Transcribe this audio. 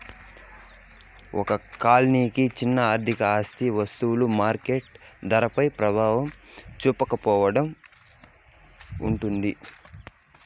ఒక కాలానికి చిన్న ఆర్థిక ఆస్తి వస్తువులు మార్కెట్ ధరపై ప్రభావం చూపకపోవడం ఉంటాది